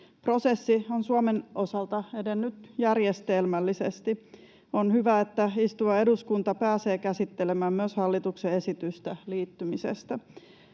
Prosessi on Suomen osalta edennyt järjestelmällisesti. On hyvä, että istuva eduskunta pääsee käsittelemään myös hallituksen esitystä liittymisestä.